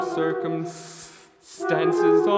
circumstances